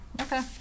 Okay